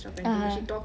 (uh huh)